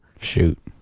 Shoot